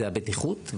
הבטיחות,